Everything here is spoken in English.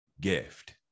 gift